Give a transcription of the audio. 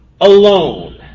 alone